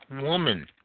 woman